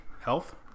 health